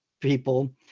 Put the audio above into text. people